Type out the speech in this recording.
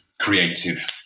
creative